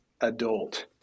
adult